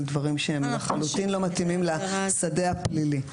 דברים שהם לחלוטין לא מתאימים לשדה הפלילי.